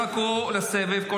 או שתחכו לסבב,